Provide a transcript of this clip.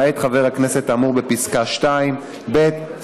למעט חבר הכנסת האמור בפסקה ב'; ב.